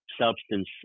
substance